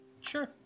Sure